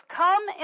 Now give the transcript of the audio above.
come